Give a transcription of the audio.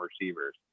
receivers